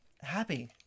Happy